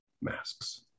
Masks